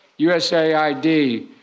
USAID